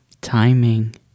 Timing